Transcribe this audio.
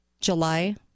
July